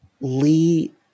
Lee